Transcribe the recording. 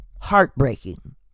Heartbreaking